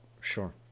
Sure